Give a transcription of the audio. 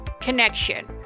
connection